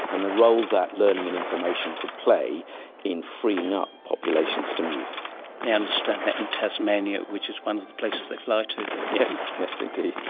and the role that learning and information could play in freeing up populations to move. they understand that in tasmania, which is one of the places they fly to. yes yes indeed.